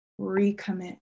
recommit